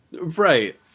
Right